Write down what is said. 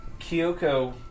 Kyoko